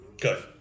Good